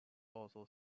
also